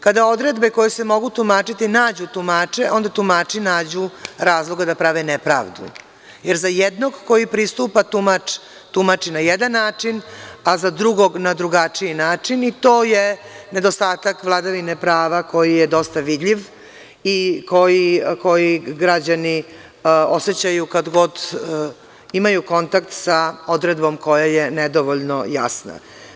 Kada odredbe koje se mogu tumačiti nađu tumače, onda tumači nađu razloga da prave nepravdu, jer za jednog koji pristupa tumač, tumači na jedan način, a za drugog na drugačiji način i to je nedostatak vladavine prava koji je dosta vidljiv i koji građani osećaju kad god imaju kontakt sa odredbom koja je nedovoljno jasna.